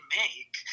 make